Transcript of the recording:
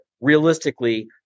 realistically